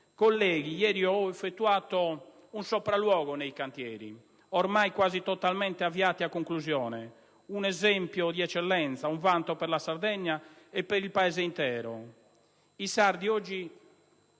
Colleghi, ieri ho effettuato un sopralluogo nei cantieri, ormai quasi totalmente avviati a conclusione. Essi rappresentano un esempio di eccellenza, un vanto per la Sardegna e per il Paese intero. I sardi oggi